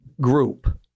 group